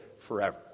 forever